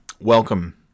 welcome